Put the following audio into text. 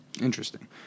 interesting